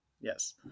Yes